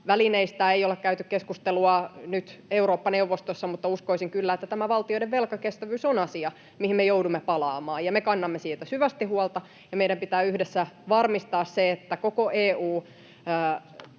välineistä ei olla käyty keskustelua nyt Eurooppa-neuvostossa, mutta uskoisin kyllä, että tämä valtioiden velkakestävyys on asia, mihin me joudumme palaamaan. Me kannamme siitä syvästi huolta, ja meidän pitää yhdessä varmistaa, että koko EU